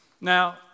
Now